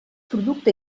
producte